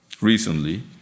recently